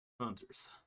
Hunters